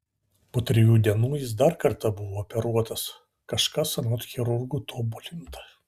po trijų dienų jis dar kartą buvo operuotas kažkas anot chirurgų tobulinta